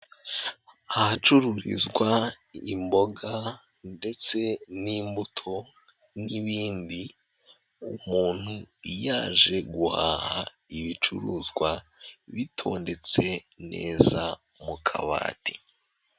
Ahacururizwa imboga ndetse n'imbuto n'ibindi, umuntu yaje guhaha ibicuruzwa bitondetse neza mu kabati.